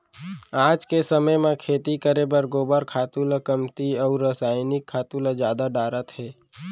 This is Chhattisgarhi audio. आज के समे म खेती करे बर गोबर खातू ल कमती अउ रसायनिक खातू ल जादा डारत हें